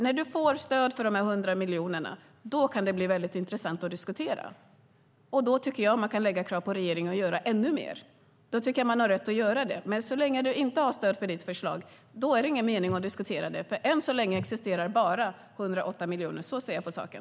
När du får stöd för de 100 miljonerna kan det bli väldigt intressant att diskutera, och då kan man ställa krav på regeringen att göra ännu mer. Då har man rätt att göra det. Men så länge du inte har stöd för ditt förslag är det ingen mening att diskutera det, för än så länge existerar bara 108 miljoner. Så ser jag på saken.